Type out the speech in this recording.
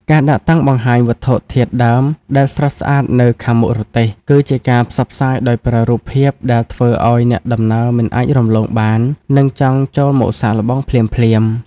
ការដាក់តាំងបង្ហាញវត្ថុធាតុដើមដែលស្រស់ស្អាតនៅខាងមុខរទេះ គឺជាការផ្សព្វផ្សាយដោយប្រើរូបភាពដែលធ្វើឱ្យអ្នកដំណើរមិនអាចរំលងបាន និងចង់ចូលមកសាកល្បងភ្លាមៗ។